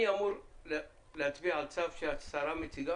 אני אמור להצביע על צו שהשרה מציגה